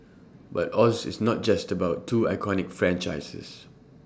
but Oz is not just about two iconic franchises